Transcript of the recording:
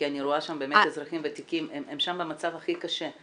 אני רואה שם אזרחים ותיקים, הם שם במצב הכי קשה.